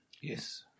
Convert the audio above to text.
Yes